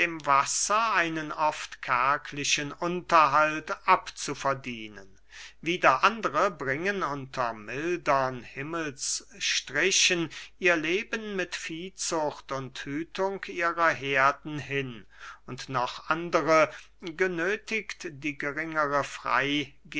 dem wasser einen oft kärglichen unterhalt abzuverdienen wieder andere bringen unter mildern himmelsstrichen ihr leben mit viehzucht und hütung ihrer herden hin und noch andere genöthigt die geringere